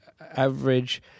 average